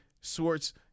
Swartz